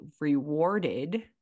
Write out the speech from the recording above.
rewarded